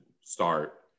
start